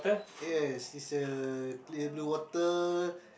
yes is a clear blue water